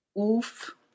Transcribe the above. oof